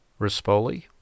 Rispoli